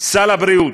סל הבריאות.